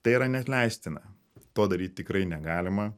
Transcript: tai yra neatleistina to daryt tikrai negalima